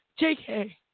JK